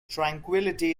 tranquillity